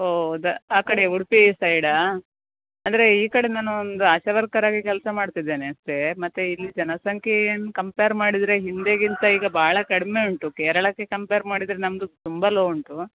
ಹೌದ ಆಕಡೆ ಉಡುಪಿ ಸೈಡಾ ಅಂದರೆ ಈಕಡೆ ನಾನು ಒಂದು ಆಶಾ ವರ್ಕರಾಗಿ ಕೆಲಸ ಮಾಡ್ತಿದ್ದೇನೆ ಅಷ್ಟೇ ಮತ್ತೆ ಇಲ್ಲಿ ಜನಸಂಖ್ಯೆ ಏನು ಕಂಪೇರ್ ಮಾಡಿದರೆ ಹಿಂದೆಗಿಂತ ಈಗ ಭಾಳ ಕಡಿಮೆ ಉಂಟು ಕೇಳರಕ್ಕೆ ಕಂಪೇರ್ ಮಾಡಿದರೆ ನಮ್ಮದು ತುಂಬ ಲೋ ಉಂಟು